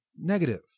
negative